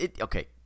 Okay